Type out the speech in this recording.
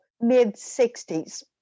mid-60s